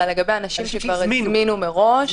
אלא לגבי אנשים שכבר הזמינו מראש.